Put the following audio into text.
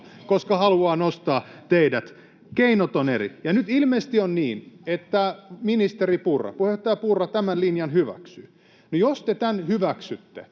koska haluaa nostaa teidät. — Keinot ovat eri. Ja nyt ilmeisesti on niin, että ministeri Purra, puheenjohtaja Purra tämän linjan hyväksyy. No, jos te tämän hyväksytte,